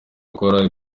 gukora